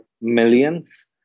millions